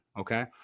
okay